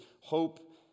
Hope